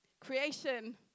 Creation